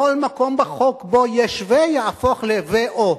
כל מקום בחוק בו יש ו, יהפוך לו/או.